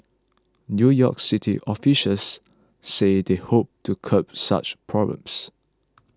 New York City officials said they hoped to curb such problems